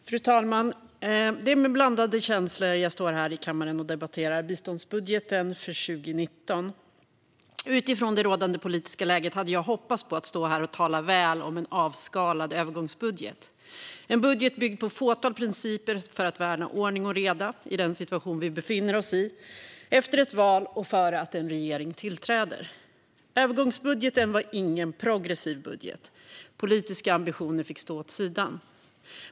Fru talman! Det är med blandade känslor jag står i kammaren och debatterar biståndsbudgeten för 2019. Utifrån det rådande politiska läget hade jag hoppats stå här och tala väl om en avskalad övergångbudget, en budget byggd på ett fåtal principer för att värna ordning och reda i den situation vi befinner oss i, efter ett val och innan en regering tillträder. Övergångsbudgeten var ingen progressiv budget; politiska ambitioner fick stå åt sidan.